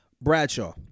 Bradshaw